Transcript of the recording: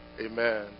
amen